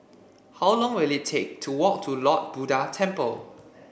how long will it take to walk to Lord Buddha Temple